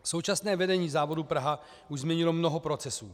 Současné vedení závodu Praha už změnilo mnoho procesů.